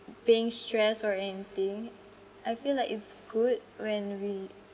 being stressed or anything I feel like it's good when we